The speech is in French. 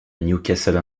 newcastle